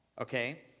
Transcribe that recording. Okay